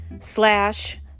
slash